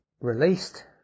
released